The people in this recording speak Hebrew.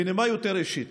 בנימה יותר אישית,